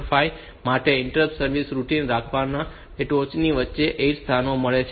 5 માટે interrupt service routine રાખવા માટે ટોચની વચ્ચે 8 સ્થાનો મળ્યા છે